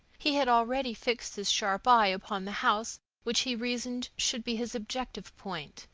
he had already fixed his sharp eye upon the house which he reasoned should be his objective point,